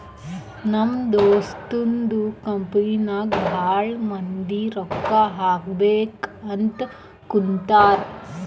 ನಮ್ ದೋಸ್ತದು ಕಂಪನಿಗ್ ಭಾಳ ಮಂದಿ ರೊಕ್ಕಾ ಹಾಕಬೇಕ್ ಅಂತ್ ಕುಂತಾರ್